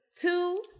Two